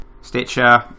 Stitcher